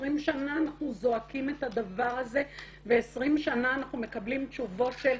20 שנה אנחנו זועקים את הדבר הזה ו-20 שנה אנחנו מקבלים תשובות של: